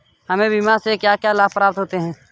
हमें बीमा से क्या क्या लाभ प्राप्त होते हैं?